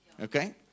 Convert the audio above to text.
Okay